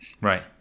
right